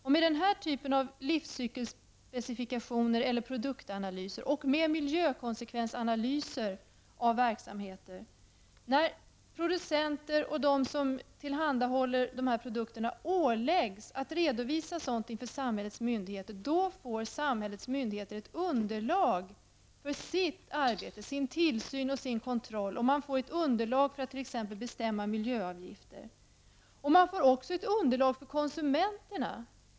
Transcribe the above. Genom denna typ av livscykelspecifikationer eller produktanalyser och med miljökonsekvensanalyser av verksamhet, där producenter och de som tillhandahåller produkterna åläggs att redovisa sådant här inför samhällets myndigheter, får dessa ett underlag för sitt arbete, sin tillsyn och sin kontroll, och för att t.ex. bestämma miljöavgifter. Man får också ett underlag för konsumenterna.